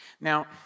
Now